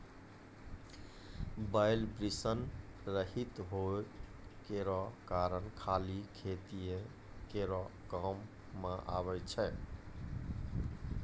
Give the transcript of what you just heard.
बैल वृषण रहित होय केरो कारण खाली खेतीये केरो काम मे आबै छै